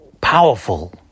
powerful